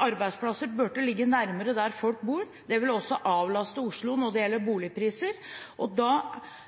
arbeidsplasser burde ligge nærmere der folk bor. Det vil også avlaste Oslo når det gjelder boligpriser. Da